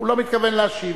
הוא לא מתכוון להשיב.